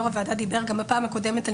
יו"ר הוועדה דיבר על נתונים גם בפעם הקודמת.